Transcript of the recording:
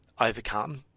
overcome